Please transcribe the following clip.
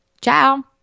Ciao